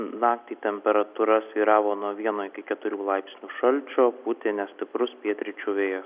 naktį temperatūra svyravo nuo vieno iki keturių laipsnių šalčio pūtė nestiprus pietryčių vėjas